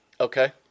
Okay